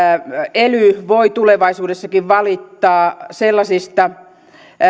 ely voi tulevaisuudessakin valittaa sellaisista